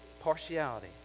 partiality